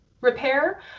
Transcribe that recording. repair